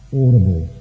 audible